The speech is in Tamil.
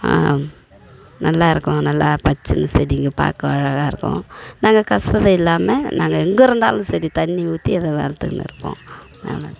நல்லா இருக்கும் நல்லா பச்சைனு செடிங்க பார்க்க அழகாக இருக்கும் நாங்கள் கஷ்டத்த இல்லாமல் நாங்கள் எங்கே இருந்தாலும் சரி தண்ணி ஊற்றி அதை வளர்த்துக்கின்னு இருப்போம் நாங்கள்